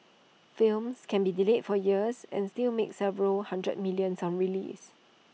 films can be delayed for years and still make several hundred millions on release